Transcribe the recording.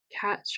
catch